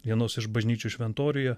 vienos iš bažnyčių šventoriuje